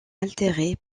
altérée